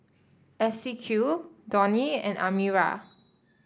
Esequiel Donny and Amira